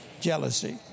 jealousy